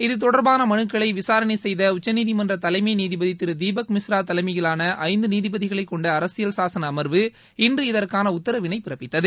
இத்தொடர்பான மறுக்களை விசாரணை செய்த உச்சநீதிமன்ற தலைமை நீதிபதி திரு தீபக் மிஸ்ரா தலைமையிலான ஐந்து நீதிபதிகளைக்கொண்ட அரசியல் சாசன அமர்வு இன்று இதற்கான உத்தரவினை பிறப்பித்தது